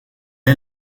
est